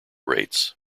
rates